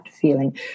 feeling